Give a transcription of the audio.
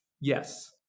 Yes